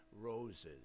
roses